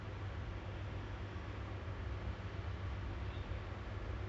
I mean it's not so bad lah you know this COVID period just make do with what we have